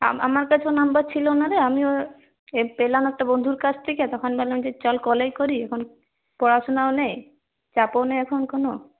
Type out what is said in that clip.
আমা আমার কাছেও নম্বর ছিল না রে আমিও পে পেলাম একটা বন্ধুর কাছ থেকে তখন ভাবলাম যে চল কলই করি এখন পড়াশুনাও নেই চাপও নেই এখন কোনো